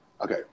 Okay